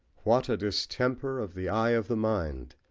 what a distemper of the eye of the mind!